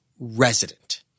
resident